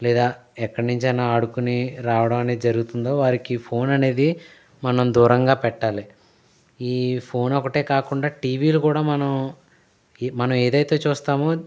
లేదా ఎక్కడి నుంచి అయిన ఆడుకుని రావడం అనేది జరుగుతుందో వారికి ఫోన్ అనేది మనం దూరంగా పెట్టాలి ఈ ఫోన్ ఒకటే కాకుండా టీవీలు కూడా మనం మనం ఏదైతే చూస్తామో